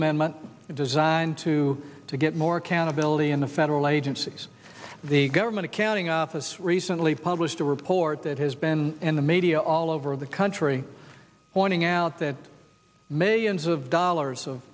amendment designed to to get more accountability in the federal agencies the government accounting office recently published a report that has been in the media all over the country pointing out that mahan's of dollars of